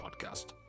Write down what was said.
podcast